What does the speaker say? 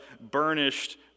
burnished